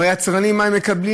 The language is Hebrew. או היצרנים מה הם מקבלים,